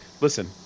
listen